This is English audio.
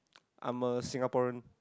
I'm a Singaporean